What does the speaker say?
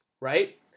Right